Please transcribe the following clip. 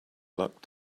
luck